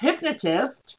Hypnotist